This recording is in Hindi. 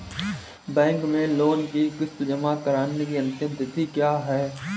बैंक में लोंन की किश्त जमा कराने की अंतिम तिथि क्या है?